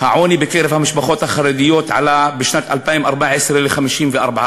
העוני בקרב המשפחות החרדיות עלה בשנת 2014 ל-54%,